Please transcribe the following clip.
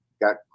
got